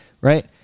right